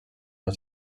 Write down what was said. les